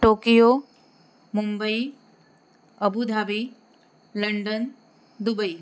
Tokyo Mumbai Abu Dhabi London Dubai